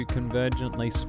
Convergently